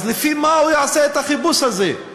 אז לפי מה הוא יעשה את החיפוש הזה?